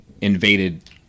invaded